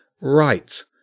Right